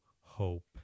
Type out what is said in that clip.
hope